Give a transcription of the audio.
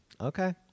Okay